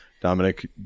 Dominic